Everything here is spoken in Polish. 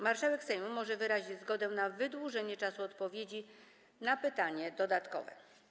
Marszałek Sejmu może wyrazić zgodę na wydłużenie czasu odpowiedzi na pytanie dodatkowe.